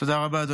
תודה רבה.